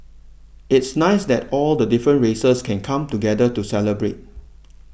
it's nice that all the different races can come together to celebrate